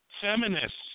Feminists